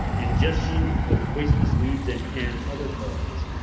ingestion of poisonous weeds and and other causes.